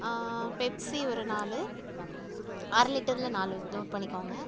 Pepsi ஒரு நாலு அரை லிட்டர்ல நாலு நோட் பண்ணிக்கோங்க